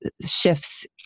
shifts